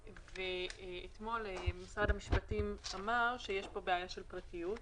אתמול משרד המשפטים אמר שיש פה בעיה של פרטיות,